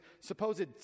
supposed